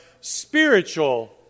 spiritual